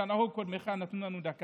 כנהוג, קודמך נתן לנו דקה.